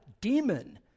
demon